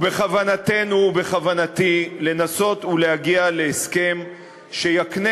בכוונתנו ובכוונתי לנסות ולהגיע להסכם שיקנה